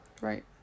right